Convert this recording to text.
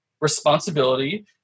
responsibility